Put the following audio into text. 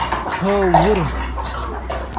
کھووُر